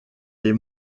des